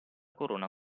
corona